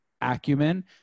acumen